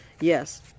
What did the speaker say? yes